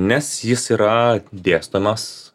nes jis yra dėstomas